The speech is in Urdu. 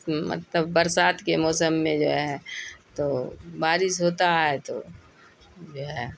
مطلب برسات کے موسم میں جو ہے تو بارش ہوتا ہے تو جو ہے